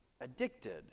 addicted